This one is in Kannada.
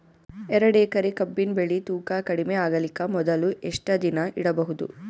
ಎರಡೇಕರಿ ಕಬ್ಬಿನ್ ಬೆಳಿ ತೂಕ ಕಡಿಮೆ ಆಗಲಿಕ ಮೊದಲು ಎಷ್ಟ ದಿನ ಇಡಬಹುದು?